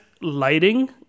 lighting